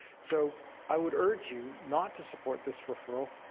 so i would urge you not to support this referral